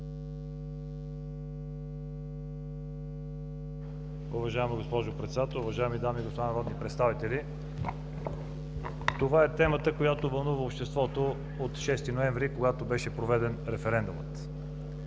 Уважаема госпожо Председател, уважаеми дами и господа народни представители! Това е темата, която вълнува обществото от 6 ноември 2016 г., когато беше проведен референдумът.